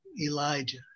Elijah